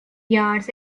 yards